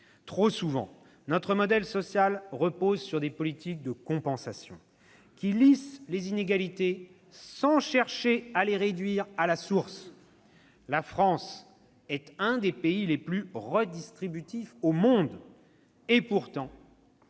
Trop souvent, notre modèle social repose sur des politiques de compensation qui lissent les inégalités sans chercher à les réduire à la base. La France est un des pays les plus redistributifs au monde et pourtant